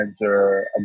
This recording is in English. manager